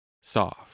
soft